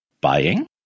buying